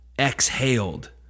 exhaled